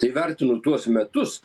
tai vertinu tuos metus